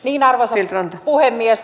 arvoisa puhemies